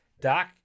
Doc